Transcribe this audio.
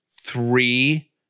three